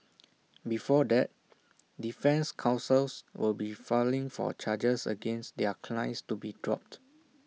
before that defence counsels will be filing for charges against their clients to be dropped